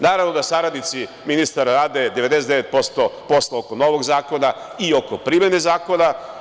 Naravno da saradnici ministara rade 99% posla oko novog zakona i oko primene zakona.